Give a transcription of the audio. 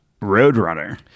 Roadrunner